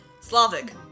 Slavic